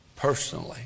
personally